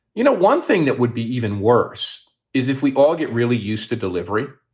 you know, one thing that would be even worse is if we all get really used to delivery.